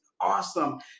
awesome